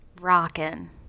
Rockin